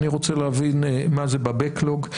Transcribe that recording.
אני רוצה להבין מה זה ב-backlog,